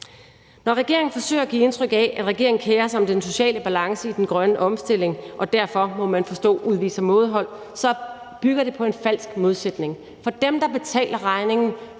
Når regeringen forsøger at give indtryk af, at regeringen kerer sig om den sociale balance i den grønne omstilling og derfor, må man forstå, udviser mådehold, så bygger det på en falsk modsætning. For dem, der betaler regningen